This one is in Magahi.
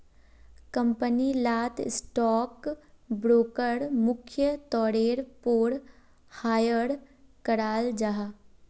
कंपनी लात स्टॉक ब्रोकर मुख्य तौरेर पोर हायर कराल जाहा